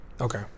Okay